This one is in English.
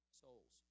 souls